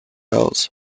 isles